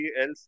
else